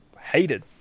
hated